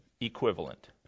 equivalent